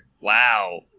Wow